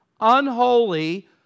unholy